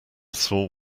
saw